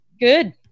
Good